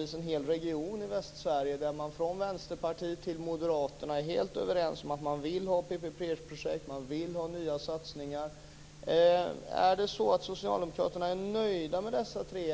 i en hel region i Västsverige, från Vänsterpartiet till Moderaterna, överens om att man vill ha PPP-projekt. Man vill ha nya satsningar. Är socialdemokraterna nöjda med dessa tre?